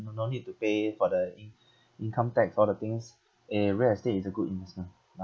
no no need to pay for the in~ income tax all the things eh real estate is a good investment